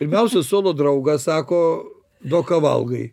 pirmiausia suolo draugas sako duok ką valgai